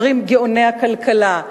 אומרים גאוני הכלכלה,